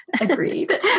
agreed